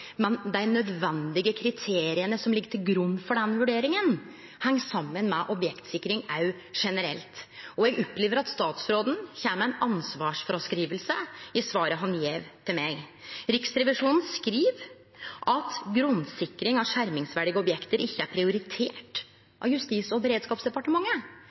men dei nødvendige kriteria som ligg til grunn for den vurderinga, heng saman med objektsikring òg generelt. Eg opplever at statsråden kjem med ei ansvarsfråskriving i svaret han gjev til meg. Riksrevisjonen skriv at grunnsikring av skjermingsverdige objekt ikkje er prioritert av Justis- og beredskapsdepartementet.